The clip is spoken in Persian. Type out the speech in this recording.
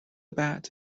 بعد